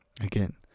Again